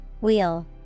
Wheel